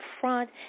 front